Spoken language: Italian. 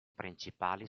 principali